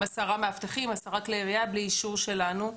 עם עשרה מאבטחים, עשרה כלי ירייה, בלי אישור שלנו.